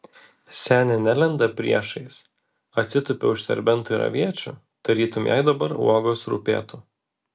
senė nelenda priešais atsitupia už serbentų ir aviečių tarytum jai dabar uogos rūpėtų